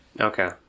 okay